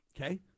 Okay